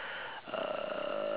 uh